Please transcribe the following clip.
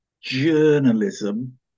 journalism